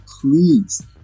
please